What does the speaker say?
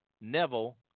Neville